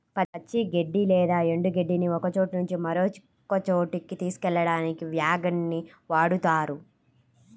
పచ్చి గడ్డి లేదా ఎండు గడ్డిని ఒకచోట నుంచి మరొక చోటుకి తీసుకెళ్ళడానికి వ్యాగన్ ని వాడుతారు